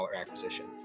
acquisition